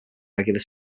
regular